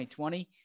2020